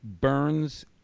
burns